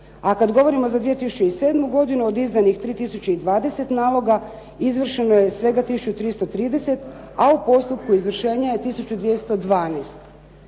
A kad govorimo za 2007. godinu od izdanih 3 tisuće i 20 naloga izvršeno je svega tisuću 330 a u postupku izvršenja je